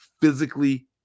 physically